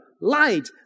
light